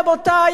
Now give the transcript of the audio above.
רבותי,